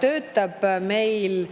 töötab meil